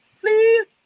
Please